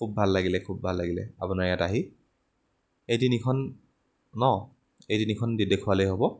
খুব ভাল লাগিলে খুব ভাল লাগিলে আপোনাৰ ইয়াত আহি এই তিনিখন ন এই তিনিখন দি দেখুৱালেই হ'ব